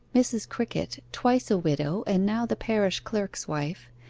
mrs. crickett, twice a widow, and now the parish clerk's wife,